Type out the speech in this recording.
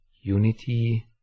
unity